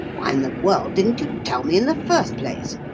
why in the world didn't you tell me in the first place?